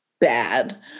bad